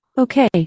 Okay